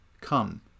come